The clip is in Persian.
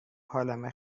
حالمه